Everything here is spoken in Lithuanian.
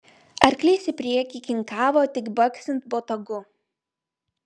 arklys į priekį kinkavo tik baksint botagu